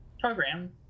program